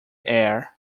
air